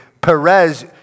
Perez